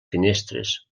finestres